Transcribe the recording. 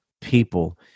people